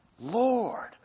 Lord